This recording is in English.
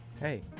Hey